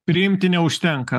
priimti neužtenka